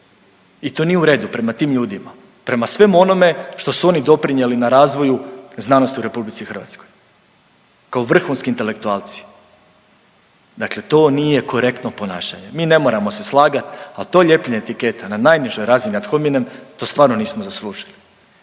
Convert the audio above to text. i to nije u redu prema tim ljudima, prema svemu onome što su oni doprinjeli na razvoju znanosti u RH kao vrhunski intelektualci, dakle to nije korektno ponašanje. Mi ne moramo se slagat, al to ljepljenje etiketa na najnižoj razini ad hominem to stvarno nismo zaslužili.